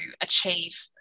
achieve